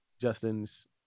Justin's